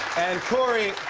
and, cory,